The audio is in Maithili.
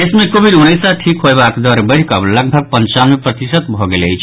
देश मे कोविड उन्नैस सँ ठीक होयबाक दर बढ़िकऽ लगभग पंचानवे प्रतिशत भऽ गेल अछि